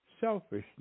selfishness